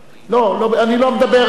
לא, אני לא אומר פוליטית.